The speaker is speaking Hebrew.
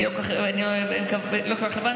אני לא כל כך הבנתי,